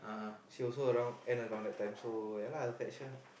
she also around end around that time so ya lah I'll fetch her